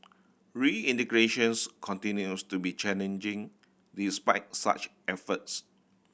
reintegration continues to be challenging despite such efforts